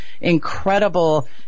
incredible